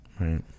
Right